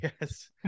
Yes